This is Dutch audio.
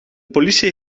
politie